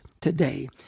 today